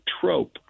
trope